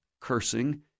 cursing